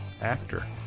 actor